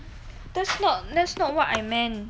that's not that's not what I meant